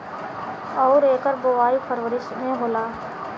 अउर एकर बोवाई फरबरी मे होला